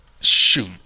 Shoot